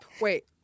Wait